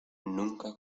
nunca